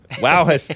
Wow